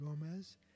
Gomez